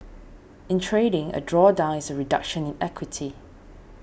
in trading a drawdown is a reduction in equity